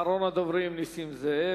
אחרון הדוברים הוא חבר הכנסת נסים זאב,